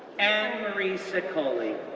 anne marie so cicoli,